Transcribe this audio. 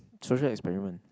social experiment